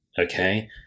okay